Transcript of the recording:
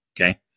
Okay